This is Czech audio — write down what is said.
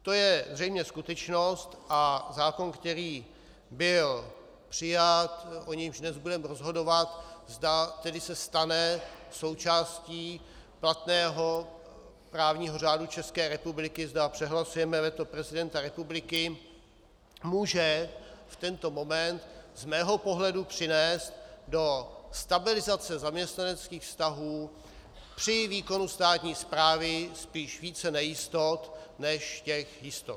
To je zřejmě skutečnost a zákon, který byl přijat, o němž dnes budeme rozhodovat, zda tedy se stane součástí platného právního řádu České republiky, zda přehlasujeme veto prezidenta republiky, může v tento moment z mého pohledu přinést do stabilizace zaměstnaneckých vztahů při výkonu státní správy spíš více nejistot než jistot.